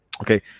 Okay